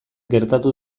gertatu